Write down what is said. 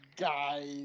Guys